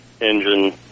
engine